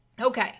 Okay